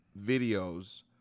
videos